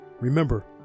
Remember